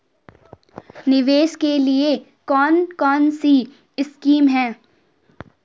निवेश के लिए कौन कौनसी स्कीम हैं?